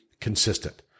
consistent